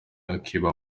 akiba